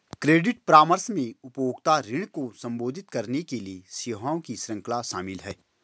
credit परामर्श में उपभोक्ता ऋण को संबोधित करने के लिए सेवाओं की श्रृंखला शामिल है